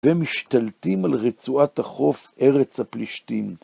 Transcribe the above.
ומשתלטים על רצועת החוף ארץ הפלישתים.